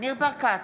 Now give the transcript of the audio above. ניר ברקת,